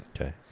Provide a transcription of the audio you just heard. Okay